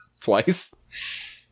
Twice